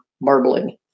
marbling